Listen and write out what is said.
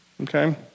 Okay